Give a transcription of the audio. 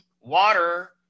water